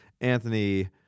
Anthony